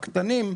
הקטנים,